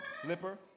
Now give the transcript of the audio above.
Flipper